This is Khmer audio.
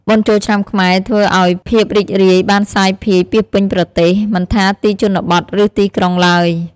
បុណ្យចូលឆ្នាំខ្មែរធ្វើឲ្យភាពរីករាយបានសាយភាយពាសពេញប្រទេស មិនថាទីជនបទ ឬ ទីក្រុងឡើយ។